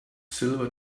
silver